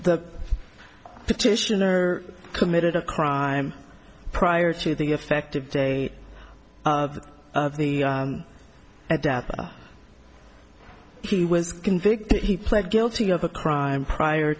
the petitioner committed a crime prior to the effective date of the a death he was convicted he pled guilty of a crime prior